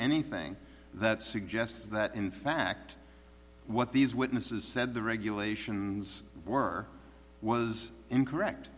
anything that suggests that in fact what these witnesses said the regulations were was incorrect